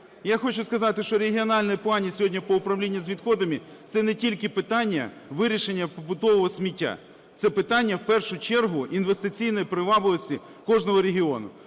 Я хочу сказати, що регіональні плани сьогодні по управлінню з відходами - це не тільки питання вирішення побутового сміття, це питання, в першу чергу, інвестиційної привабливості кожного регіону.